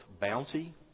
bounty